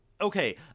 Okay